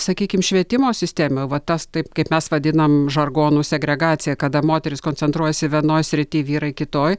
sakykim švietimo sistemoj va tas taip kaip mes vadinam žargonu segregacija kada moterys koncentruojasi vienoj srity vyrai kitoj